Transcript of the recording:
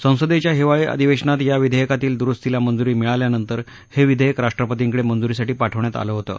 संसदेच्या हिवाळी अधिवेशनात या विधेयकातील दुरुस्तीला मंजुरी मिळाल्यानंतर हे विधेयक राष्ट्रपतींकडे मंजुरीसाठी पाठवण्यात आलं होतं